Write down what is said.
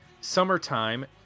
Summertime